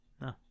No